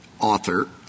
author